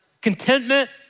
Contentment